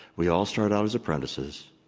we all start out as apprentices.